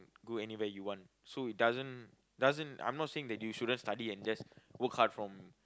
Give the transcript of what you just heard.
go anywhere you want so it doesn't doesn't I'm not saying that you shouldn't study and just work hard from